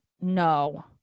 No